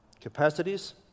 capacities